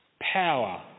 Power